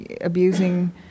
abusing